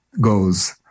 goes